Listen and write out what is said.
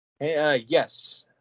Yes